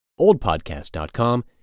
oldpodcast.com